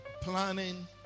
Planning